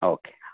okay